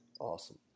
Awesome